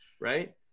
Right